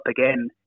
again